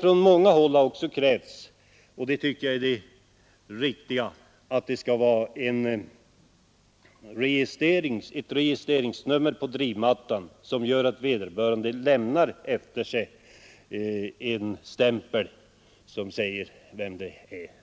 Från många håll har också krävts det tycker jag är riktigt — att det skall finnas ett registreringsnummer på drivmattan, som gör att skotern lämnar efter sig en stämpel som säger vem